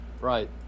Right